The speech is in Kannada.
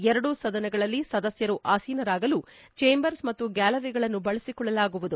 ಎರಡೂ ಸದನಗಳಲ್ಲಿ ಸದಸ್ಯರು ಆಸೀನರಾಗಲು ಚೇಂಬರ್ಸ್ ಮತ್ತು ಗ್ಯಾಲರಿಗಳನ್ನು ಬಳಸಿಕೊಳ್ಳಲಾಗುವುದು